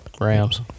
Rams